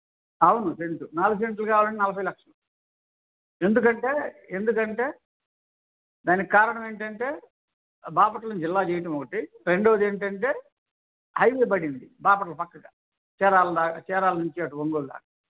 అవును సెంటు నాలుగు సెంట్లు కావాలంటే నలభై లక్షలు ఎందుకంటే ఎందుకంటే దానికి కారణం ఏంటంటే బాపట్ల జిల్లా చేయటం ఒకటి రెండవది ఏంటంటే హైవే పడింది బాపట్ల పక్కన చీరాల దాకా చీరాల నుంచి అటు ఒంగోల్ దాకా